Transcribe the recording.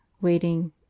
waiting